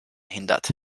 hindert